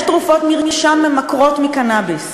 יש תרופות מרשם ממכרות מקנאביס.